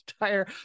entire